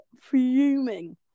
fuming